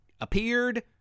appeared